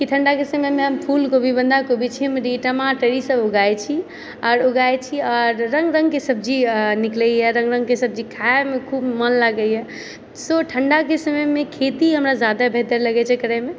कि ठण्डाके समयमे हम फूल कोबी बंधा कोबी छीमरी टमाटर ईसब ऊगाबए छी और ऊगाबए छी और रङ्ग रङ्गके सब्जी निकलैए रङ्ग रङ्गके सब्जी खाएमे खूब मन लागैए सो ठण्डाके समयमे खेती हमरा जादा बेहतर लगै छै करैमे